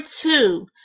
two